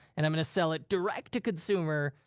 and i'm gonna sell it direct to consumer,